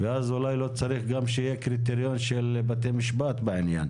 ואז אולי לא צריך שאולי יהיה קריטריון של בתי משפט בעניין,